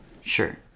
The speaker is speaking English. sure